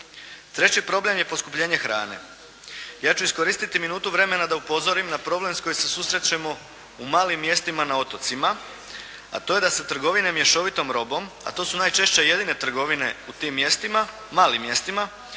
Treći problem je poskupljenje hrane. Ja ću iskoristiti minutu vremena da upozorim na problem s kojim se susrećemo u malim mjestima na otocima a to je da se trgovine mješovitom robom a to su najčešće jedine trgovine u tim mjestima, malim mjestima